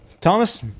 Thomas